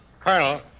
Colonel